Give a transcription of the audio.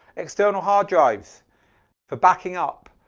external hard drives for backing up,